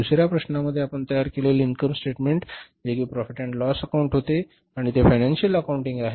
दुसर्या प्रश्नामध्ये आपण तयार केलेले इनकम स्टेटमेंट जे की प्रॉफिट आणि लॉस अकाउंट होते आणि ते फायनान्सियल अकाउंटिंग आहे